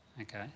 Okay